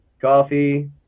coffee